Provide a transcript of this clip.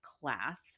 class